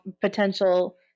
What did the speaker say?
potential